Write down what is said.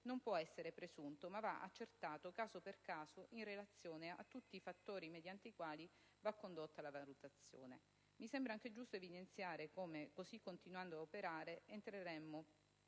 non può essere presunto, ma va accertato caso per caso in relazione a tutti i fattori mediante i quali va condotta la valutazione. Mi sembra anche giusto evidenziare come, così continuando ad operare, entreremmo,